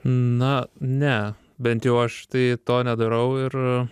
na ne bent jau aš tai to nedarau ir